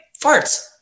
Farts